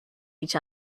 each